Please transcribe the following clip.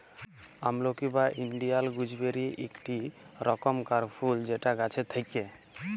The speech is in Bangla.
আমলকি বা ইন্ডিয়াল গুজবেরি ইকটি রকমকার ফুল যেটা গাছে থাক্যে